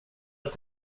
att